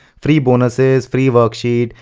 free bonuses, free worksheets,